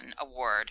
Award